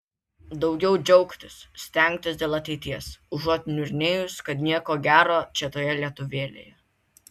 daugiau džiaugtis stengtis dėl ateities užuot niurnėjus kad nieko gero čia toje lietuvėlėje